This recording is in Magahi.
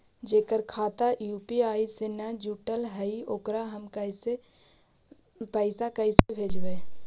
जेकर खाता यु.पी.आई से न जुटल हइ ओकरा हम पैसा कैसे भेजबइ?